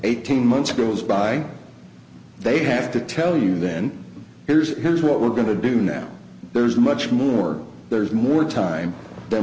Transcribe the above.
eighteen months goes by they have to tell you then here's here's what we're going to do now there's much more there's more time than